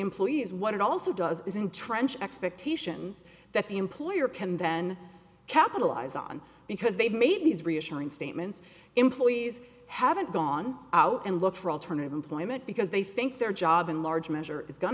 employees what it also does is entrenched expectations that the employer can then capitalize on because they've made these reassuring statements employees haven't gone out and look for alternative employment because they think their job in large measure is going